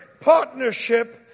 partnership